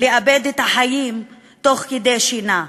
לאבד את החיים תוך כדי שינה.